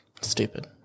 Stupid